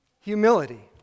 Humility